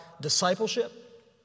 discipleship